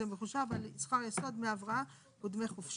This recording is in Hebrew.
זה מחושב על שכר יסוד, דמי הבראה ודמי חופשה.